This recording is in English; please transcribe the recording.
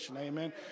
Amen